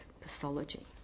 pathology